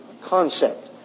concept